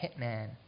hitman